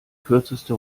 kürzeste